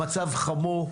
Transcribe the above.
המצב חמור.